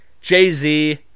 Jay-Z